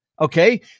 Okay